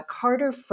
Carter